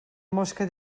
mosca